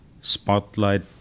spotlight